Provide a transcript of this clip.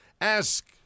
Ask